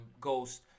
Ghost